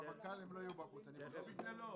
זה לא בגללו.